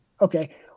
Okay